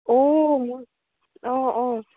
অ' মই অঁ অঁ